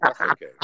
Okay